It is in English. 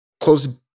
close